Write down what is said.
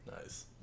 Nice